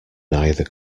neither